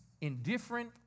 indifferent